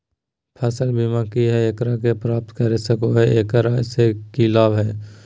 फसल बीमा की है, एकरा के प्राप्त कर सको है, एकरा से की लाभ है?